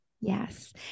Yes